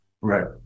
Right